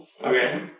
Okay